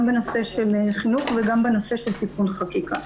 גם בנושא של חינוך וגם בנושא של תיקון חקיקה.